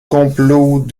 complot